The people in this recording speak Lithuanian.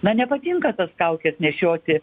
na nepatinka tas kaukes nešioti